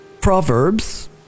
Proverbs